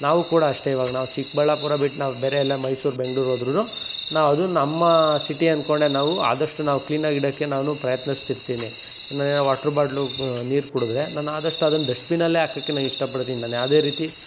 ನಾವು ಕೂಡ ಅಷ್ಟೆ ಇವಾಗ ನಾವು ಚಿಕ್ಕಬಳ್ಳಾಪುರ ಬಿಟ್ಟು ನಾವು ಬೇರೆಲ್ಲ ಮೈಸೂರು ಬೆಂಗ್ಳೂರು ಹೋದ್ರುನು ನಾವು ಅದು ನಮ್ಮ ಸಿಟಿ ಅಂದುಕೊಂಡೇ ನಾವು ಆದಷ್ಟು ನಾವು ಕ್ಲೀನಾಗಿಡೊಕ್ಕೆ ನಾನು ಪ್ರಯತ್ನಿಸ್ತಿರ್ತೀನಿ ಇನ್ನು ವಾಟ್ರ್ ಬಾಟ್ಲು ನೀರು ಕುಡಿದ್ರೆ ನಾನು ಆದಷ್ಟು ಅದನ್ನ ಡಸ್ಟ್ಬಿನ್ನಲ್ಲೇ ಹಾಕಕ್ಕೆ ನಾನು ಇಷ್ಟಪಡ್ತೀನಿ ನಾನು ಯಾವ್ದೇ ರೀತಿ